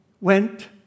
went